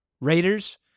Raiders